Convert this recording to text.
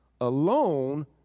alone